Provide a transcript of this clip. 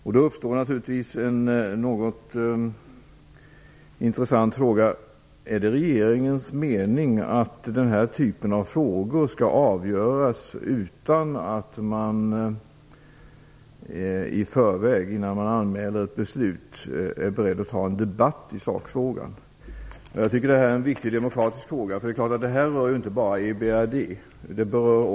Därmed uppstår en något intressant fråga: Är det regeringens mening att den här typen av frågor skall avgöras utan att man i förväg, innan ett beslut anmäls, är beredd att ta en debatt i sakfrågan? Det här är en viktig demokratisk fråga som inte bara rör EBRD utan också EU/Euratom.